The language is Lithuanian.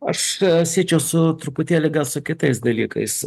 aš siečiau su truputėlį su kitais dalykais